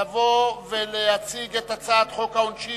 אני קובע שהצעת החוק עברה